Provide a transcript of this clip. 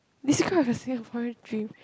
describe the Singaporean dream